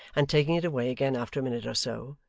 and taking it away again after a minute or so,